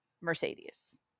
Mercedes